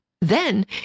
Then